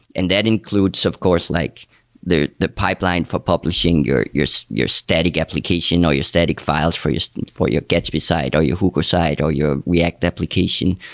and that includes of course like the the pipeline for publishing your your so static application or your static files for your for your gatsby side, or your hugo side, or your react application,